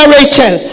Rachel